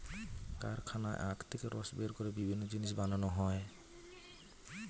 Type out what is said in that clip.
কারখানায় আখ থেকে রস বের করে বিভিন্ন জিনিস বানানো হয়